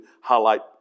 highlight